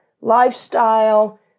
lifestyle